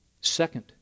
Second